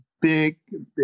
big